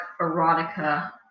erotica